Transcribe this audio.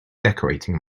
decorating